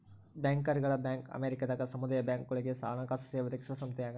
ಬ್ಯಾಂಕರ್ಗಳ ಬ್ಯಾಂಕ್ ಅಮೇರಿಕದಾಗ ಸಮುದಾಯ ಬ್ಯಾಂಕ್ಗಳುಗೆ ಹಣಕಾಸು ಸೇವೆ ಒದಗಿಸುವ ಸಂಸ್ಥೆಯಾಗದ